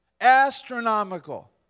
Astronomical